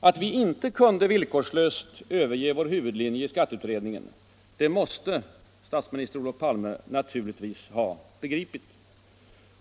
Att vi inte kunde villkorslöst överge vår huvudlinje i skatteutredningen, det måste statsminister Olof Palme naturligtvis ha begripit.